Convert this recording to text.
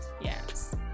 Yes